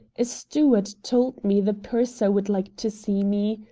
a steward told me the purser would like to see me.